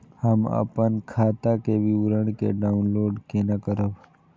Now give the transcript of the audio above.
हम अपन खाता के विवरण के डाउनलोड केना करब?